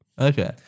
Okay